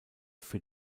für